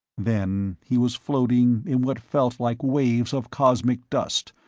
then he was floating in what felt like waves of cosmic dust,